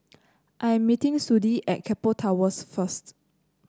I'm meeting Sudie at Keppel Towers first